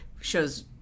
show's